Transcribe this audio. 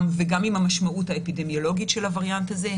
וגם עם המשמעות האפידמיולוגית של הווריאנט הזה,